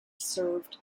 served